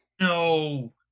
No